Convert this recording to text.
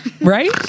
Right